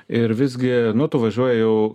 ir visgi nu tu važiuoji jau